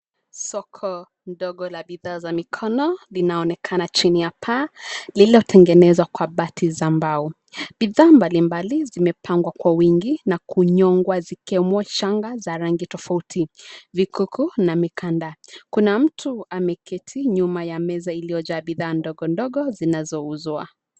Soko ndogo la bidhaa za mikono linaonekana chini ya paa, lililotengenezwa kwa bati za mbao. Bidhaa mbalimbali zimepangwa kwa wingi na kunyongwa zikiwemo shanga za rangi tofauti, vikuku na mikanda. Kuna mtu ameketi nyuma ya meza iliyojaa bidhaa ndogo ndogo zinazouzwa.